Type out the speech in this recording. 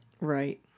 Right